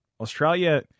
Australia